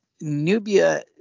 Nubia